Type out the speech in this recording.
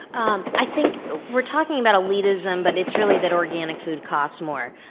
um i think we're talking about elitism but it's really that organic food costs more.